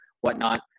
whatnot